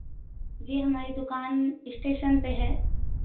जी हमारी दुकान स्टेशन पर है